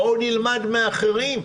בואו נלמד מאחרים.